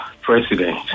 President